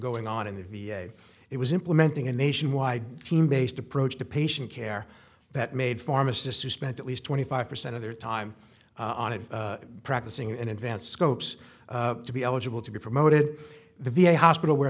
going on in the v a it was implementing a nationwide team based approach to patient care that made pharmacists who spent at least twenty five percent of their time on it practicing in advance scopes to be eligible to be promoted the v a hospital where